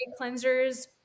cleansers